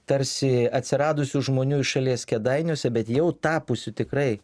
tarsi atsiradusių žmonių iš šalies kėdainiuose bet jau tapusių tikrai